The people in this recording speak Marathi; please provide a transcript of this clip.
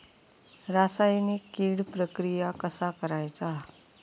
रासायनिक कीड प्रक्रिया कसा करायचा?